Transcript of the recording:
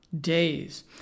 Days